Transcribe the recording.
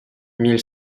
mille